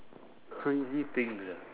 crazy things ah